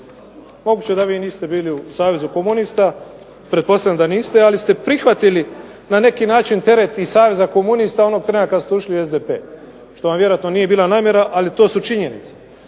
Moguće je da vi niste bili u Savezu komunista, pretpostavljam da niste, ali ste prihvatili na neki način teret i Saveza komunista onog trena kad ste ušli u SDP. Što vam vjerojatno nije bila namjera, ali to su činjenice.